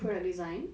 product design